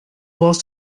warst